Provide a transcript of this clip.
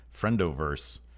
Friendoverse